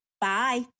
Bye